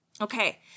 Okay